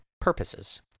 purposes